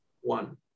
One